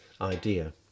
idea